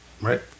right